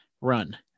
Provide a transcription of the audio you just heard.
run